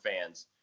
fans